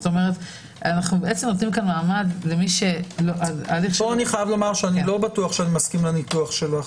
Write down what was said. אנו נותנים פה מעמד- -- פה אני לא בטוח שאני מסכים לניתוח שלכם.